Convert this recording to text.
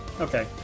Okay